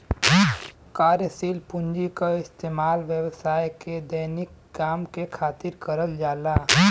कार्यशील पूँजी क इस्तेमाल व्यवसाय के दैनिक काम के खातिर करल जाला